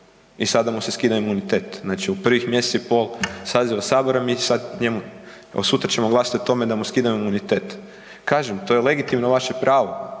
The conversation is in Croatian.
i sada mu se skida imunitet. Znači u prvih mjesec i pol saziva sabora mi sad njemu, evo sutra ćemo glasat o tome da mu skidamo imunitet. Kažem, to je legitimno vaše pravo